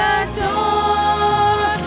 adore